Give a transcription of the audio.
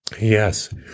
Yes